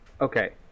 Okay